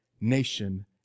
nation